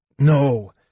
No